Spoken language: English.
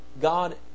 god